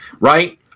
right